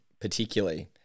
particularly